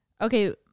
okay